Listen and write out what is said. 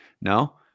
No